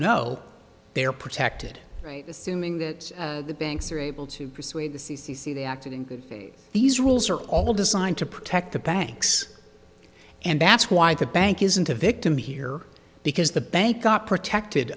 know they are protected right assuming that the banks are able to persuade the c c c they acted in good these rules are all designed to protect the banks and that's why the bank isn't a victim here because the bank got protected